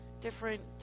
different